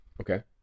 okay